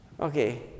Okay